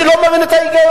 אני לא מבין את ההיגיון.